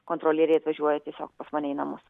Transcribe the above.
kontrolieriai atvažiuoja tiesiog pas mane į namus